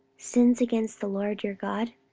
sins against the lord your god?